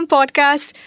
Podcast